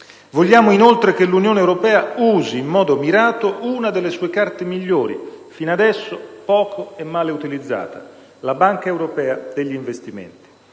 Vogliamo inoltre che l'Unione europea usi in modo mirato una delle sue carte migliori, finora poco e male utilizzata: la Banca europea per gli investimenti.